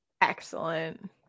Excellent